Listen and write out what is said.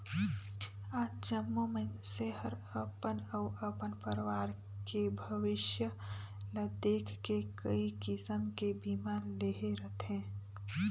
आज जम्मो मइनसे हर अपन अउ अपन परवार के भविस्य ल देख के कइ किसम के बीमा लेहे रथें